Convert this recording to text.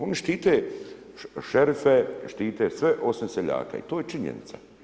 Oni štite šerife, štite sve osim seljaka i to je činjenica.